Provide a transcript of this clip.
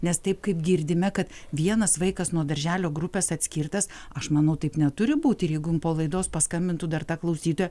nes taip kaip girdime kad vienas vaikas nuo darželio grupės atskirtas aš manau taip neturi būt ir jeigu jum po laidos paskambintų dar ta klausytoja